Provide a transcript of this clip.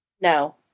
No